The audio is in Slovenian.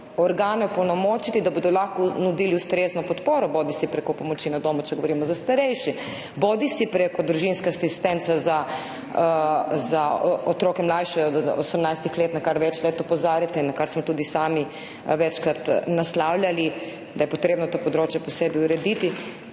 organe opolnomočiti, da bodo lahko nudili ustrezno podporo, bodisi prek pomoči na domu, če govorimo za starejše, bodisi prek družinske asistence za otroke, mlajše od 18 let, na kar več let opozarjate in kar smo tudi sami večkrat naslavljali – da je potrebno to področje posebej urediti.